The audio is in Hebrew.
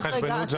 לא,